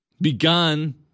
begun